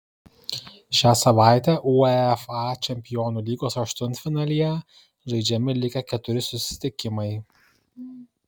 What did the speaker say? šią savaitę uefa čempionų lygos aštuntfinalyje žaidžiami likę keturi susitikimai